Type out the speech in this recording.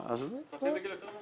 לא, זה מתחיל בגיל יותר מאוחר.